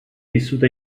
vissuta